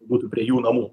būtų prie jų namų